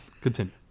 Continue